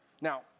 Now